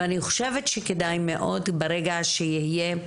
ואני חושבת שכדאי מאוד, ברגע שיהיה,